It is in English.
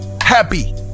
happy